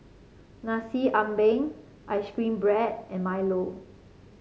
Nasi Ambeng ice cream bread and milo